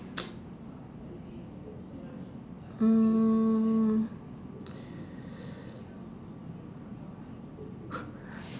mm